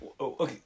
okay